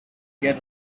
get